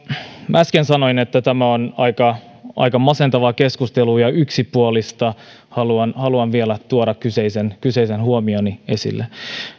äsken sanoin että tämä on aika aika masentavaa ja yksipuolista keskustelua ja haluan vielä tuoda kyseisen kyseisen huomioni esille